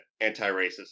anti-racist